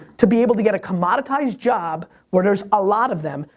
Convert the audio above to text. to be able to get a commoditized job, where there's a lot of them,